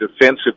defensive